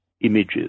images